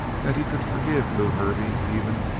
that he could forgive lew hervey, even,